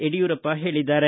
ಯಡಿಯೂರಪ್ಪ ಹೇಳಿದ್ದಾರೆ